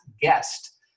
guest